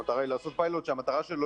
המטרה היא לעשות פיילוט שהמטרה שלו